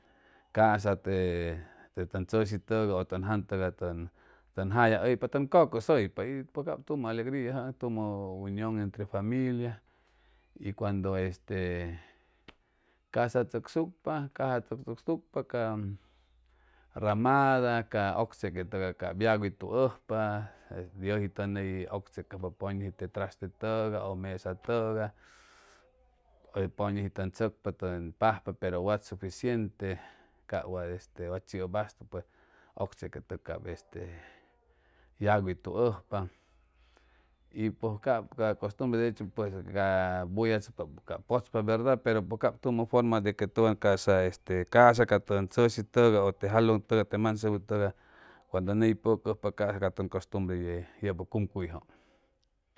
Ca'sa te te tʉn tzʉshi tʉgay ʉ tʉn jan tʉgay tʉn tʉn jalla hʉypa tʉn cʉcʉsʉypa y pues cap tumʉ alegria tumʉ reunion entre familia y cuando este casatzʉcsucpa asatzʉcsucpa ca ramada ca ʉctzequetʉgay cap yagwituʉjpa yʉji tʉn ney ʉkchecpa pʉñʉji te traste tʉgay mesa tʉgay ʉ pʉñʉji tʉn tzʉcpa tʉn pajpa pero wat suficiente cap wa este wa chiʉ bastu pues ʉctzecʉtʉg cap este yagwituʉjpa y pʉj cap ca costumbre de hechu ca bulla tzʉcpapʉ cap pʉchpa verda pero pʉj cap tumʉ forma de que tʉwan ca'sa este ca'sa ca tʉn tzʉshi tʉgay ʉ te jalʉŋ tʉgay te mansebu tʉgay cuando ney pʉcʉjpa cap cap tʉn costumbre ye yʉpʉ cumcuyjʉ